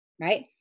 right